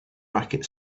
racket